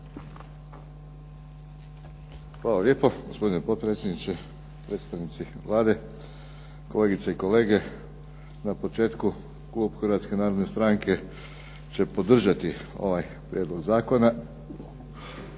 Hvala lijepo. Gospodine potpredsjedniče, predstavnici Vlade, kolegice i kolege. Na početku klub Hrvatske narodne stranke će podržati ovaj prijedlog zakona.